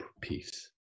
peace